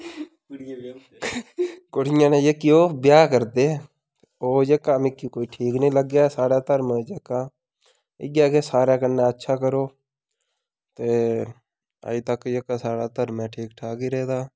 कुड़ियै ने जेह्के ओह् ब्याह् करदे ओह् जेह्का मिगी कोई ठीक नी लग्गेआ साढ़ा धर्म जेह्का इ'यै कि सारें कन्नै अच्छा करो ते अजें तक जेह्का साढ़ा धर्म ऐ ठीक ठाक ही रेह्दा